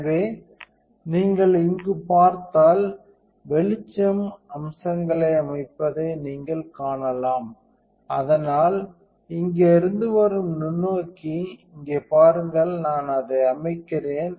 எனவே நீங்கள் இங்கு பார்த்தால் வெளிச்சம் அம்சங்களை அமைப்பதை நீங்கள் காணலாம் அதனால் இங்கே இருந்து வரும் நுண்ணோக்கி இங்கே பாருங்கள் நான் அதை அமைக்கிறேன்